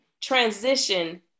transition